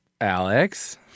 Alex